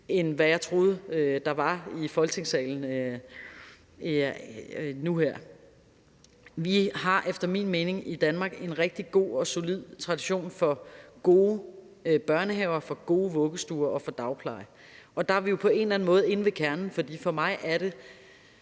end hvad jeg troede der fandtes i Folketingssalen nu og her. Vi har efter min mening i Danmark en rigtig god og solid tradition for gode børnehaver, for gode vuggestuer og for dagpleje, og der er vi jo på en eller anden måde inde ved kernen, fordi det for mig er yderst